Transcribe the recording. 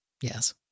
Yes